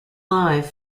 live